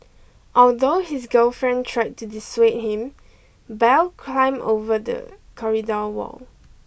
although his girlfriend tried to dissuade him Bell climbed over the corridor wall